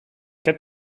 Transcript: qu’un